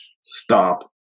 Stop